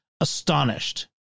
astonished